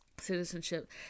citizenship